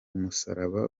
musaraba